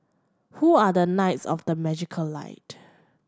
who are the knights of the magical light